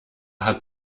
hat